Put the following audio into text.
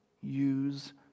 use